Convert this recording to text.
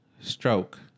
stroke